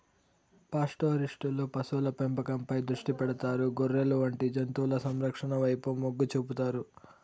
పాస్టోరలిస్టులు పశువుల పెంపకంపై దృష్టి పెడతారు, గొర్రెలు వంటి జంతువుల సంరక్షణ వైపు మొగ్గు చూపుతారు